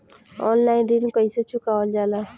Online ऋण कईसे चुकावल जाला?